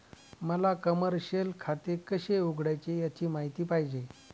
मला कमर्शिअल खाते कसे उघडायचे याची माहिती पाहिजे